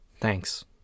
thanks